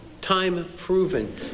time-proven